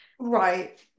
right